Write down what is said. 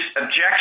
objection